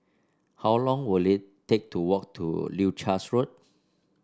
how long will it take to walk to Leuchars Road